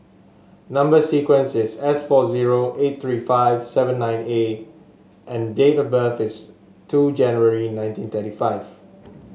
number sequence is S four zero eight three five seven nine A and date of birth is two January nineteen thirty five